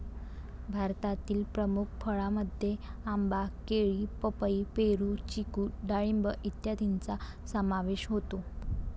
भारतातील प्रमुख फळांमध्ये आंबा, केळी, पपई, पेरू, चिकू डाळिंब इत्यादींचा समावेश होतो